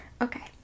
okay